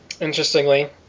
Interestingly